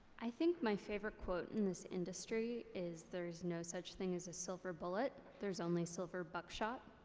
i think my favorite quote in this industry is, there's no such thing as a silver bullet. there's only silver buckshot.